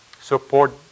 support